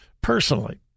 personally